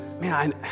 man